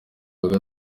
uyu